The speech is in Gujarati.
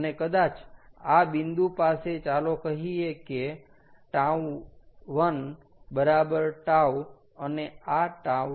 અને કદાચ આ બિંદુ પાસે ચાલો કહીએ કે τ1 બરાબર τ અને આ τ2